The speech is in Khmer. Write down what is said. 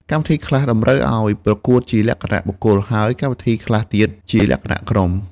កម្មវិធីខ្លះតម្រូវឲ្យប្រកួតជាលក្ខណៈបុគ្គល ហើយកម្មវិធីខ្លះទៀតជាលក្ខណៈក្រុម។